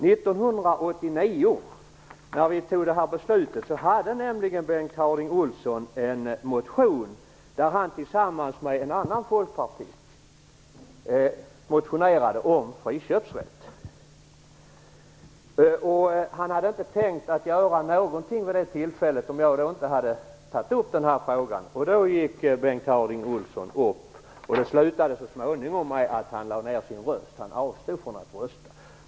1989, när vi tog beslut här, hade Bengt Harding Olson en motion. Tillsammans med en annan folkpartist motionerade han nämligen om friköpsrätt. Han hade inte tänkt göra något vid det tillfället, om det inte hade varit för att jag tog upp denna fråga. Då gick Bengt Harding Olson upp i debatten. Det slutade så småningom med att han lade ned sin röst - han avstod från att rösta.